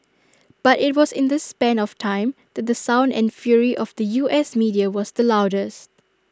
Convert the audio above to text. but IT was in this span of time that the sound and fury of the U S media was the loudest